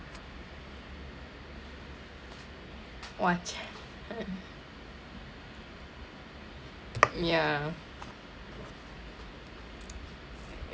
!wah! !chey! ya